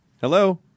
Hello